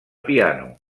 piano